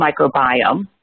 microbiome